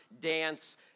dance